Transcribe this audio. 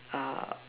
uh